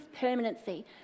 permanency